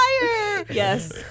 Yes